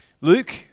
Luke